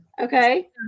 Okay